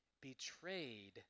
betrayed